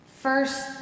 First